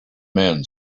men